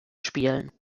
spielen